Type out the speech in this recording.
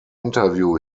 interview